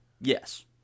Yes